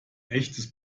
echtes